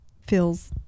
feels